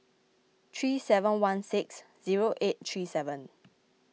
three seven one six zero eight three seven